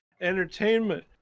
entertainment